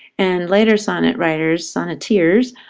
and later sonnet-writers, sonneteers,